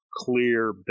clear